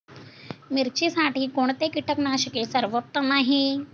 मिरचीसाठी कोणते कीटकनाशके सर्वोत्तम आहे?